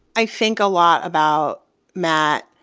i think a lot about matt